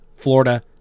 Florida